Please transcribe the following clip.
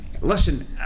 listen